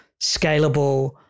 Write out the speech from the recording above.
scalable